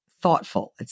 thoughtful